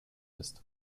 ist